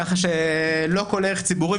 ככה שלא כל ערך ציבורי,